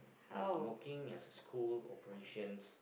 I'm working as a school operations